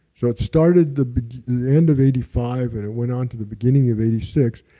so it started the end of eighty five and went on to the beginning of eighty six.